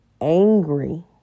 angry